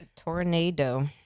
Tornado